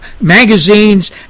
magazines